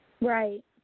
Right